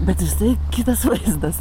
bet visai kitas vaizdas